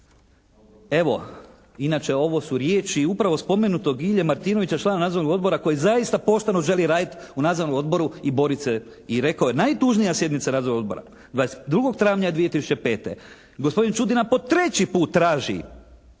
evo inače ovo su riječi upravo spomenutog Ilje Martinovića člana nadzornog odbora koji zaista pošteno želi raditi u nadzornom odboru i borit se, i rekao je najtužnija sjednica nadzornog odbora 22. travnja 2005. Gospodin Čudina po treći puta traži